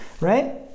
Right